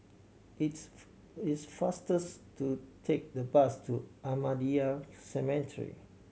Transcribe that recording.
it's it's faster to take the bus to Ahmadiyya Cemetery